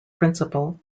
principal